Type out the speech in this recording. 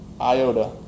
iota